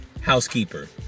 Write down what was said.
housekeeper